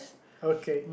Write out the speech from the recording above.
okay